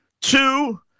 Two